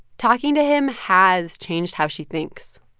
talking to him has changed how she thinks.